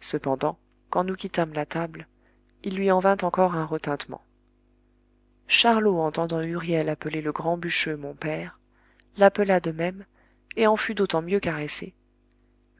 cependant quand nous quittâmes la table il lui en vint encore un retintement charlot entendant huriel appeler le grand bûcheux mon père l'appela de même et en fut d'autant mieux caressé